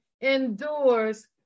endures